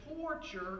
torture